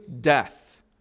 death